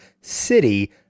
city